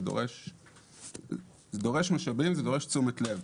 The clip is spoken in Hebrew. זה דורש משאבים, זה דורש תשומת לב.